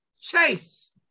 chase